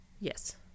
yes